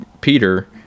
Peter